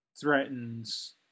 threatens